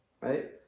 right